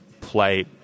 play